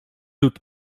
lud